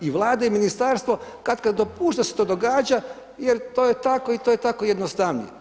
I Vlada i ministarstvo katkad dopušta da se to događa jer to je tako i to je tako jednostavnije.